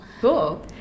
cool